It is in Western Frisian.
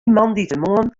moandeitemoarn